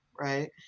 right